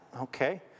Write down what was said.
okay